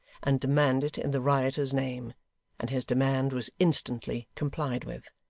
and demand it in the rioters name and his demand was instantly complied with.